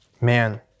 Man